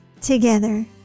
together